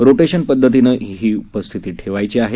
rotation पद्धतीने ही उपस्थिती ठेवायची आहे